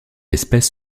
espèce